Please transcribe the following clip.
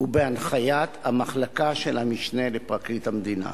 ובהנחיית המחלקה של המשנה לפרקליט המדינה.